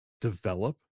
develop